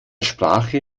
sprache